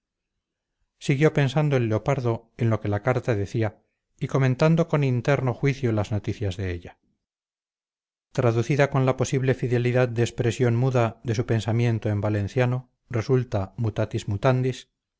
siguió pensando el leopardo en lo que la carta decía y comentando con interno juicio las noticias de ella traducida con la posible fidelidad de expresión muda de su pensamiento en valenciano resulta mutatis mutandis